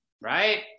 right